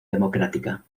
democrática